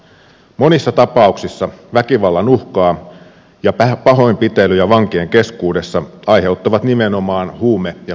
monissa tapauksissa väkivallan uhkaa ja pahoinpitelyjä vankien keskuudessa aiheuttavat nimenomaan huume ja päihdevelat